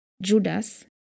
Judas